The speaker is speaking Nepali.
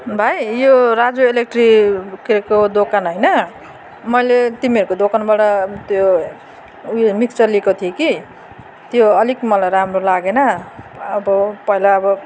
भाइ यो राजु इलेक्ट्रि के को दोकान होइन मैले तिमीहरूको दोकानबाट त्यो उयो मिक्सचर लिएको थिएँ कि त्यो अलिक मलाई राम्रो लागेन अब पहिला अब